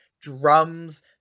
drums